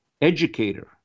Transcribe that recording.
educator